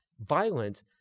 violent